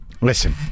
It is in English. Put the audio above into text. listen